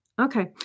Okay